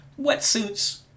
Wetsuits